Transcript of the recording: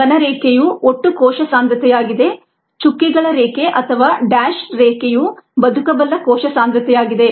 ಘನ ರೇಖೆಯು ಒಟ್ಟು ಕೋಶ ಸಾಂದ್ರತೆಯಾಗಿದೆ ಚುಕ್ಕೆಗಳ ರೇಖೆ ಅಥವಾ ಡ್ಯಾಶ್ಡ್ ರೇಖೆಯು ಬದುಕಬಲ್ಲ ಕೋಶ ಸಾಂದ್ರತೆಯಾಗಿದೆ